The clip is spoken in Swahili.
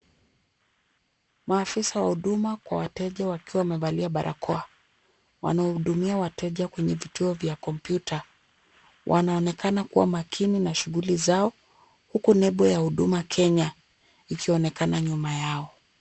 Maafisa wa huduma kwa wateja wakiwa wamevalia barakoa. Wanawahudumia wateja kwenye vituo vya kompyuta. Wanaonekana kuwa makini na shughuli zao, huku nembo ya Huduma Kenya ikionekana nyuma yao.